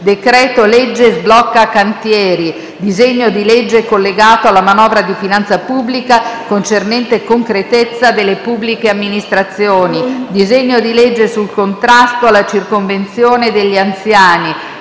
decreto-legge sblocca cantieri; disegno di legge collegato alla manovra di finanza pubblica concernente concretezza delle pubbliche amministrazioni; disegno di legge sul contrasto alla circonvenzione degli anziani;